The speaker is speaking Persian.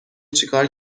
چیکار